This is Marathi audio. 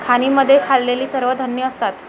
खाणींमध्ये खाल्लेली सर्व धान्ये असतात